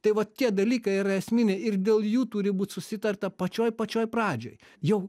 tai vat tie dalykai yra esminė ir dėl jų turi būt susitarta pačioj pačioj pradžioj jau